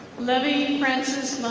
libby francis